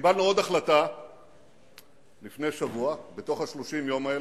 קיבלנו עוד החלטה לפני שבוע, בתוך 30 היום האלה,